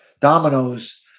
dominoes